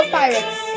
pirates